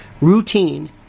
routine